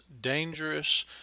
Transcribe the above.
dangerous